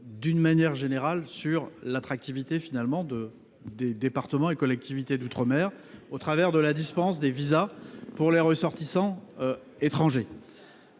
d'une manière générale, sur l'attractivité des départements et collectivités d'outre-mer au travers de la dispense de visas pour les ressortissants étrangers.